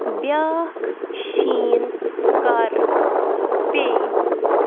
بیٛاکھ شیٖن کَر پے